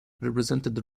represented